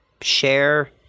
share